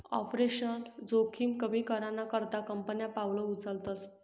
operational जोखिम कमी कराना करता कंपन्या पावलं उचलतस